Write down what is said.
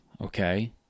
okay